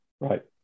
right